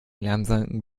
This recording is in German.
langsam